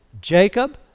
Jacob